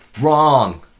wrong